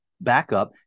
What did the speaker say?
backup